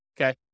Okay